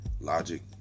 logic